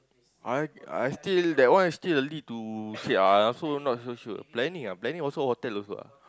I I still that one is still early to say ah I also not so sure planning ah planning also hotel also ah